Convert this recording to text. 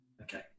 Okay